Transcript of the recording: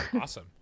Awesome